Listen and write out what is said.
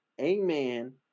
amen